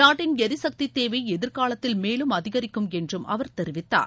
நாட்டின் எரிசக்தி தேவை எதிர்காலத்தில் மேலும் அதிகரிக்கும் என்றும் அவர் தெரிவித்தார்